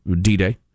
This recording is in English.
D-Day